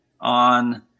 on